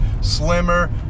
slimmer